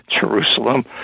Jerusalem